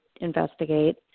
investigate